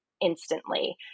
instantly